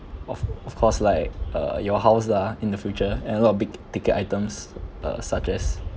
of of course like uh your house lah in the future and a lot of big ticket items uh such as